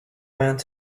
went